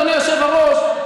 אדוני היושב-ראש,